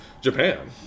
Japan